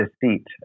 deceit